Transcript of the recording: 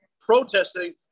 protesting